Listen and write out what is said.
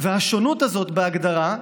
השונות הזאת, בהגדרה,